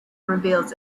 reveals